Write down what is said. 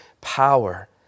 power